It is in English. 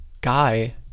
guy